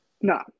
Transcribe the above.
No